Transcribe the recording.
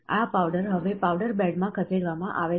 આ પાવડર હવે પાવડર બેડમાં ખસેડવામાં આવે છે